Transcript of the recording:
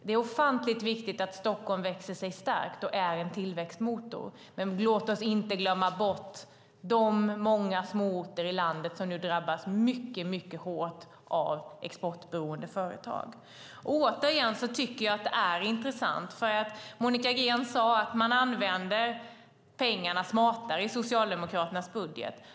Det är ofantligt viktigt att Stockholm växer sig starkt och är en tillväxtmotor. Men låt oss inte glömma bort de många småorter i landet som nu drabbas mycket hårt av exportberoende företag. Återigen tycker jag att det är intressant när Monica Green säger att man använder pengarna smartare i Socialdemokraternas budget.